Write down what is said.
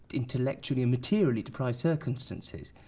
intellectually, and materially deprived circumstances.